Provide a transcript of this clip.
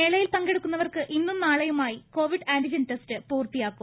മേളയിൽ പങ്കെടുക്കുന്നവർക്ക് ഇന്നും നാളെയുമായി കോവിഡ് ആന്റിജൻ ടെസ്റ്റ് പൂർത്തിയാക്കും